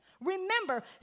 Remember